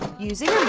using